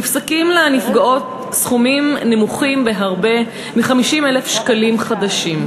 נפסקים לנפגעות סכומים נמוכים בהרבה מ-50,000 שקלים חדשים.